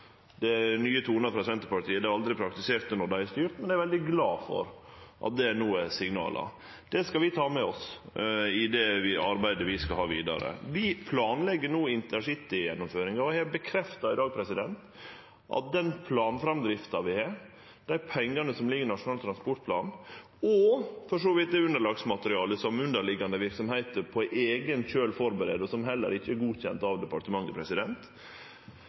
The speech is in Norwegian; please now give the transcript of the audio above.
Det er nye tonar frå Senterpartiet. Dei har aldri praktisert det når dei har styrt, men eg er veldig glad for at det no er signala. Det skal vi ta med oss i det arbeidet vi skal ha vidare. Vi planlegg no intercity-gjennomføringa og har i dag stadfesta at den planframdrifta vi har, dei pengane som ligg i Nasjonal transportplan, og for så vidt også det underlagsmaterialet som underliggjande verksemder på eigen kjøl førebur, og som heller ikkje er godkjend av departementet,